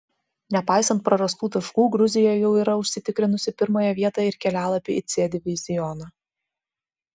nepaisant prarastų taškų gruzija jau yra užsitikrinusi pirmąją vietą ir kelialapį į c divizioną